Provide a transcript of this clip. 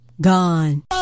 Gone